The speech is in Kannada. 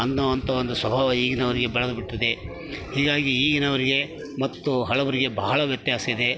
ಅನ್ನೊ ಅಂತ ಒಂದು ಸ್ವಭಾವ ಈಗಿನವರಿಗೆ ಬೆಳೆದುಬಿಟ್ಟಿದೆ ಹೀಗಾಗಿ ಈಗಿನವರಿಗೆ ಮತ್ತು ಹಳಬರಿಗೆ ಬಹಳ ವ್ಯತ್ಯಾಸ ಇದೆ